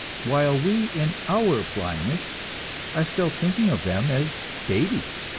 while we in our blindness are still thinking of them as babies.